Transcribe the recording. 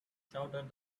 shouted